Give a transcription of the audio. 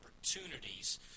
opportunities